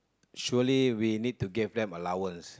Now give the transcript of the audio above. surely we need to give them allowance